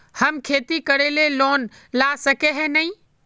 हम खेती करे ले लोन ला सके है नय?